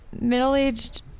middle-aged